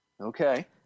Okay